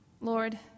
Lord